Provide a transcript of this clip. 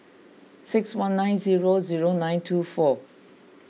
six one nine zero zero nine two four